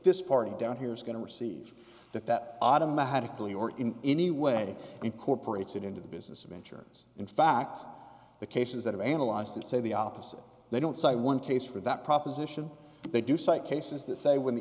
this party down here is going to receive that that automatically or in any way incorporates it into the business of insurance in fact the cases that have analyzed it say the opposite they don't cite one case for that proposition but they do cite cases the say when the